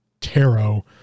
tarot